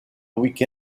week